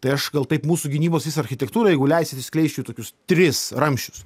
tai aš gal taip mūsų gynybos architektūrą jeigu leisit išskleisčiau tokius tris ramsčius